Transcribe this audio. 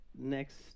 next